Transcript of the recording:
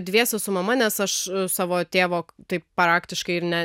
dviese su mama nes aš savo tėvo taip praktiškai ir ne